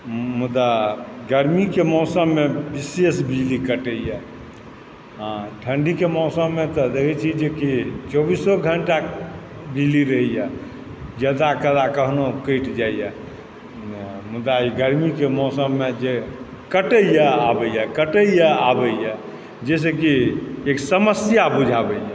मुदा गर्मीके मौसममे विशेष बिजली कटैए ठण्ढ़ीके मौसममे देखै छियै कि चौबीसो घण्टा बिजली रहैए जदा कदा कखनो कटि जाइया मुदा ई गर्मीके मौसममे जे कटैए आबैए कटैए आबैए जे से कि एक समस्या बुझाबैए